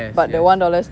yes yes